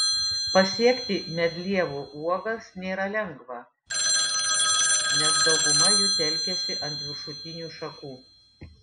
pasiekti medlievų uogas nėra lengva nes dauguma jų telkiasi ant viršutinių šakų